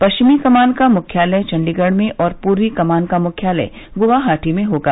पश्चिमी कमान का मुख्यालय चंडीगढ में और पूर्वी कमान का मुख्यालय गुवाहाटी में होगा